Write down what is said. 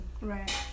Right